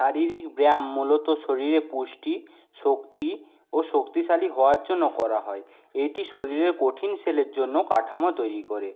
শারীরিক ব্যায়াম মূলত শরীরে পুষ্টি শক্তি ও শক্তিশালী হওয়ার জন্য করা হয় এটি শরীরের কঠিন সেলের জন্য কাঠামো তৈরি করে